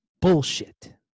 bullshit